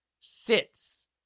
sits